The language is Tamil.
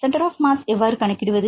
சென்டர் ஆப் மாஸ் எவ்வாறு கணக்கிடுவது